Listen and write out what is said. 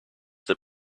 that